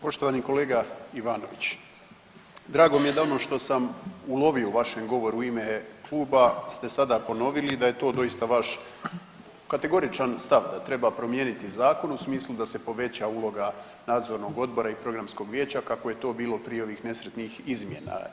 Poštovani kolega Ivanović drago mi je da ono što sam ulovio u vašem govoru u ime Kluba ste sada ponovili i da je to doista vaš kategoričan stav da treba promijeniti zakon u smislu da se poveća uloga Nadzornog odbora i Programskog vijeća kako je to bilo prije ovih nesretnih izmjena.